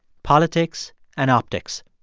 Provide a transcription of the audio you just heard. politics and optics.